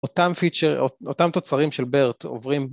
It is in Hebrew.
אותם פיצ'ר, אותם תוצרים של BERT עוברים